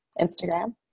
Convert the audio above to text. Instagram